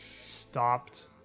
stopped